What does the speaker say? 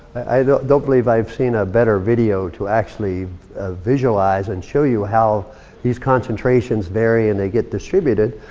i don't believe i've seen a better video to actually visualize and show you how these concentrations vary and they get distributed.